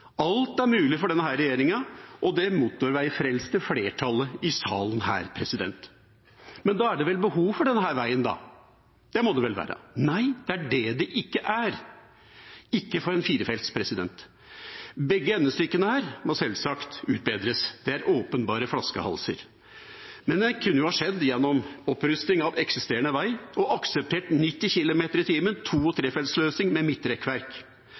Alt er mulig for denne regjeringa og det motorveifrelste flertallet i salen her. Men da er det vel behov for denne veien, da – det må det vel være? Nei, det er det det ikke er, ikke for en firefelts. Begge endestykkene må selvsagt utbedres, det er åpenbare flaskehalser, men det kunne jo ha skjedd gjennom opprusting av eksisterende vei og ved å akseptere 90 km/t, to- og trefeltsløsning med midtrekkverk.